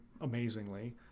amazingly